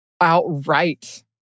outright